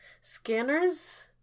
Scanners